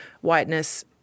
whiteness